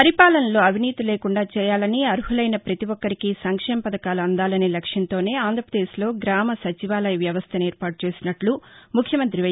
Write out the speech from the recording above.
పరిపాలనలో అవినీతి లేకుండా చేయాలనీ అర్మలైన పతి ఒక్కరికీ సంక్షేమ పథకాలు అందాలానే లక్ష్యంతోనే ఆంధ్రాపదేశ్ లో గ్రామ సచివాలయ వ్యవస్థను ఏర్పాటు చేసినట్లు ముఖ్యమంత్రి వై